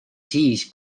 siis